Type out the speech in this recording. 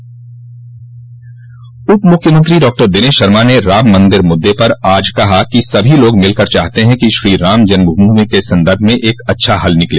उपमुख्यमंत्री डॉ दिनेश शर्मा ने राम मंदिर मुददे पर आज कहा कि सभी लोग मिलकर चाहते ह कि श्री राम जन्मभूमि के संदर्भ में एक अच्छा हल निकले